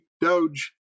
Doge